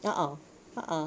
a'ah a'ah